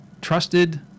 trusted